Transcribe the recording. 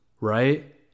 Right